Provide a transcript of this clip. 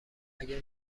اگر